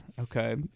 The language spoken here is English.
Okay